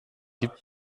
gib